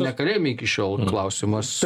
ne kalėjime iki šiol klausimas